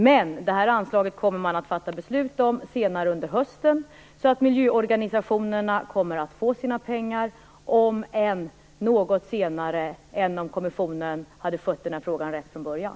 Man kommer dock senare i höst att fatta beslut om anslaget så att miljöorganisationerna får sina pengar, om än något senare än om kommissionen hade skött den här frågan rätt från början.